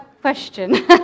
question